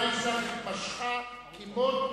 להם מספיק זמן באופוזיציה לגבש דרך חלופית.